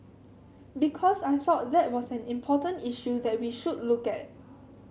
because I thought that was an important issue that we should look at